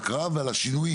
הקראה ועל השינויים.